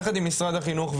יחד עם משרד החינוך,